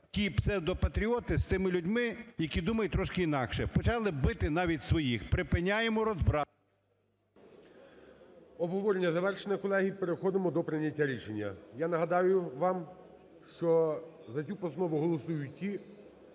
ті псевдопатріоти з тими людьми, які думають трошки інакше, почали бити навіть своїх. Припиняємо розбрат. ГОЛОВУЮЧИЙ. Обговорення завершено. Колеги, переходимо до прийняття рішення. Я нагадаю вам, що за цю постанову голосують ті…